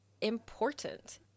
important